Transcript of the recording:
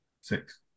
six